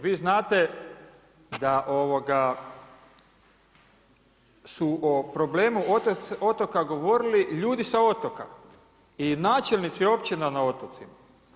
Vi znate da su o problemu otoka govorili ljudi sa otoka i načelnici općina na otocima.